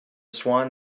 swan